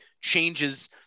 changes